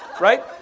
Right